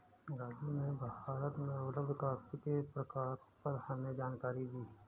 राजू ने भारत में उपलब्ध कॉफी के प्रकारों पर हमें जानकारी दी